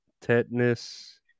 Tetanus